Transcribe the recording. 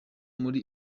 muri